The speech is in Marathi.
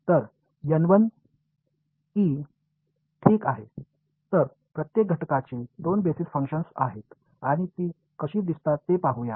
तर ठीक आहे तर प्रत्येक घटकाची दोन बेसिस फंक्शन्स आहेत आणि ती कशी दिसतात ते पाहूया